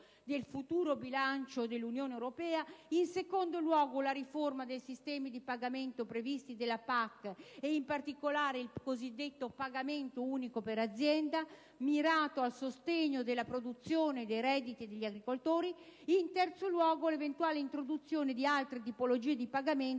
del futuro bilancio UE; in secondo luogo, la riforma del sistema dei pagamenti previsti dalla PAC e, in particolare, il cosiddetto pagamento unico per azienda mirato al sostegno della produzione e dei redditi degli agricoltori e la eventuale introduzione di altre tipologie di pagamenti